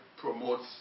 promotes